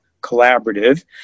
Collaborative